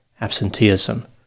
absenteeism